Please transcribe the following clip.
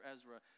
Ezra